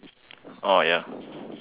orh ya